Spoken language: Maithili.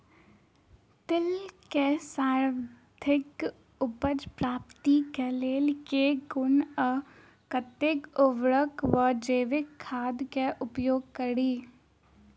तिल केँ सर्वाधिक उपज प्राप्ति केँ लेल केँ कुन आ कतेक उर्वरक वा जैविक खाद केँ उपयोग करि?